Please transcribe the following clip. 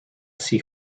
see